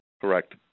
Correct